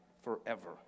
forever